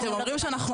אתם אומרים שאנחנו,